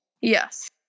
Yes